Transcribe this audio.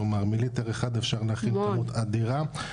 כלומר מליטר אחד אפשר להכין כמות אדירה,